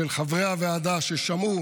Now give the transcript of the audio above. של חברי הוועדה, ששמעו